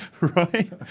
right